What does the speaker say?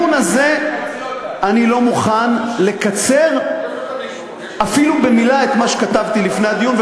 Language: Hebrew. בדיון הזה אני לא מוכן לקצר אפילו במילה את מה שכתבתי לפני הדיון,